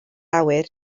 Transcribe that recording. awyr